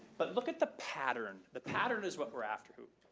but look at the pattern. the pattern is what we're after.